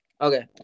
Okay